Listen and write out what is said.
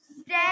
Stay